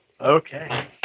Okay